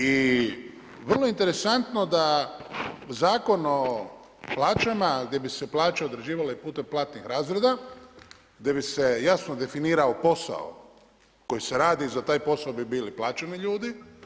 I vrlo je interesantno da Zakon o plaćama gdje bi se plaće određivale i putem platnih razreda, gdje bi se jasno definirao posao koji se radi i za taj posao bi bili plaćeni ljudi.